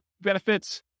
benefits